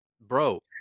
bro